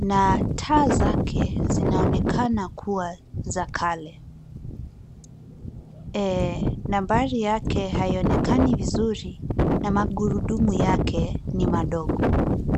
na taa zake zinaonekana kuwa za kale nambari yake haionekani vizuri na magurudumu yake ni madogo.